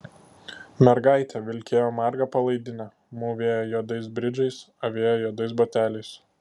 mergaitė vilkėjo marga palaidine mūvėjo juodais bridžais avėjo juodais bateliais